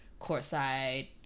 courtside